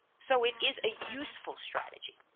so it is a useful strategy.